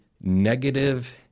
negative